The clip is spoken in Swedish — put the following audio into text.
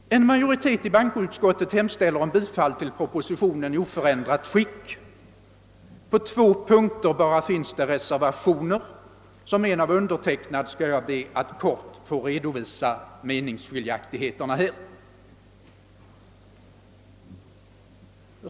En majoritet i bankoutskottet hemställer om bifall till propositionen i oförändrat skick. På två punkter finns reservationer. Som en av undertecknarna skall jag be att kort få redovisa meningsskiljaktigheterna.